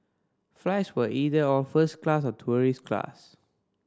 flights were either all first class or tourist class